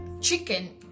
chicken